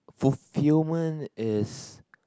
fulfilment is